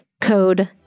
code